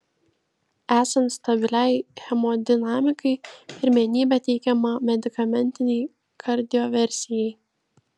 esant stabiliai hemodinamikai pirmenybė teikiama medikamentinei kardioversijai